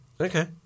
Okay